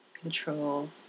control